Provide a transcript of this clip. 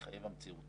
זה מחויב המציאות.